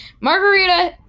Margarita